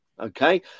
Okay